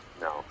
no